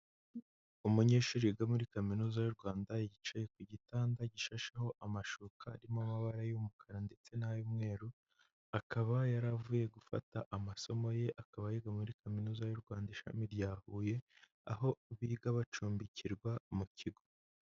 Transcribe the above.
Umunyeshuri wiga muri kaminuza y'u Rwanda yicaye ku gitanda gishashaho amashuka arimo amabara y'umukara ndetse n'ay'umweru, akaba yari avuye gufata amasomo ye, akaba yiga muri kaminuza y'u Rwanda, ishami rya Huye, aho biga bacumbikirwa mu kigo.